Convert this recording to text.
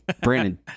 Brandon